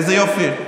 איזה יופי.